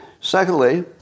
Secondly